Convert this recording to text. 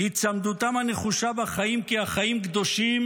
היצמדותם הנחושה בחיים כי החיים קדושים,